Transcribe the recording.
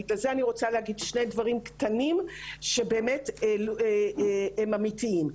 בגלל זה אני רוצה להגיד שני דברים קטנים שבאמת הם אמיתיים.